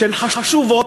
הן חשובות,